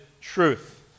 truth